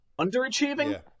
Underachieving